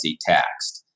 taxed